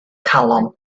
calon